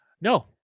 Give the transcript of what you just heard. No